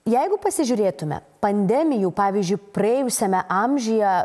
jeigu pasižiūrėtume pandemijų pavyzdžiui praėjusiame amžiuje